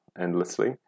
endlessly